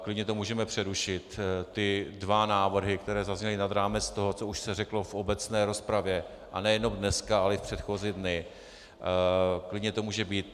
Klidně to můžeme přerušit, ty dva návrhy, které zazněly nad rámec toho, co už se řeklo v obecné rozpravě, a nejenom dneska, ale i předchozí dny, klidně to může být.